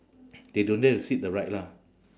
they don't dare to sit the ride lah